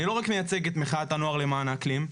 אני לא רק מייצג את מחאת הנוער למען האקלים,